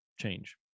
change